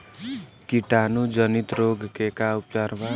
कीटाणु जनित रोग के का उपचार बा?